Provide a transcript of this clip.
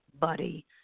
buddy